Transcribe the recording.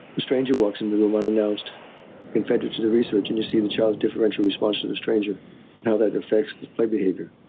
a stranger walks into the room unannounced and to the research and you see the child's differential response to the stranger and how that affects his play behavior.